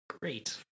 Great